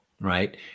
right